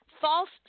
false